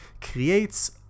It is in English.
creates